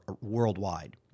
worldwide